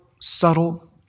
subtle